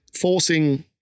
forcing